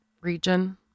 region